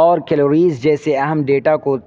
اور کیلوریز جیسے اہم ڈیٹا کو